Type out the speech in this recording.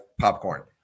popcorn